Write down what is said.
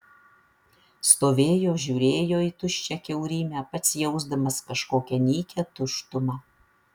stovėjo žiūrėjo į tuščią kiaurymę pats jausdamas kažkokią nykią tuštumą